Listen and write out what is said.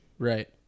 Right